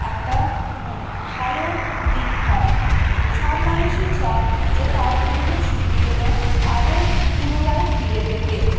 একটা ভালো দিক হয় সব মানুষই চায় যে তার পুরনো স্মৃতিগুলো আরও পুনরায় ফিরে পেতে